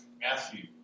Matthew